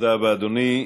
תודה רבה, אדוני.